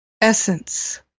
essence